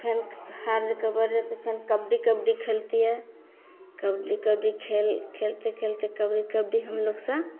फिर हार जा कर बैठ जाते फिन कबड्डी कबड्डी खेलती है कबड्डी कबड्डी खेल खेल खेलते खेलते कबड्डी कबड्डी हम लोग सा